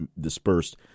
dispersed